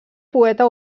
poeta